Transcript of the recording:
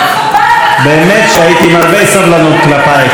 דיון מכובד, ואתה,